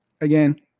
Again